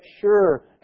sure